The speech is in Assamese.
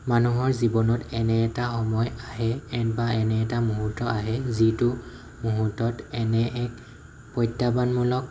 মানুহ জীৱনত এনে এটা সময় আহে বা এনে এটা মুহূৰ্ত আছে যিটো মুহূৰ্তত এনে এক প্ৰত্যাহ্বানমূলক